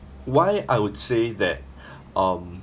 why I would say that um